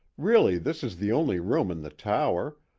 really, this is the only room in the tower,